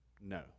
No